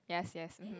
yes yes mmhmm